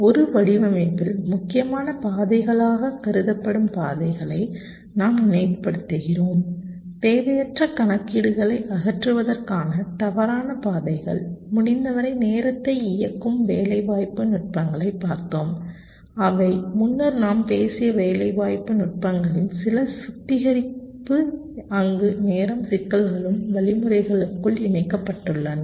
ஒரு வடிவமைப்பில் முக்கியமான பாதைகளாகக் கருதப்படும் பாதைகளை நாம் நினைவுபடுத்துகிறோம் தேவையற்ற கணக்கீடுகளை அகற்றுவதற்கான தவறான பாதைகள் முடிந்தவரை நேரத்தை இயக்கும் வேலைவாய்ப்பு நுட்பங்களைப் பார்த்தோம் அவை முன்னர் நாம் பேசிய வேலை வாய்ப்பு நுட்பங்களின் சில சுத்திகரிப்பு அங்கு நேரம் சிக்கல்களும் வழிமுறைகளுக்குள் இணைக்கப்பட்டுள்ளன